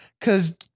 Cause